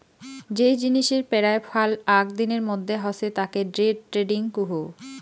যেই জিনিসের পেরায় ফাল আক দিনের মধ্যে হসে তাকে ডে ট্রেডিং কুহ